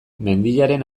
mendiaren